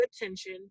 attention